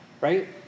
right